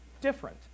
different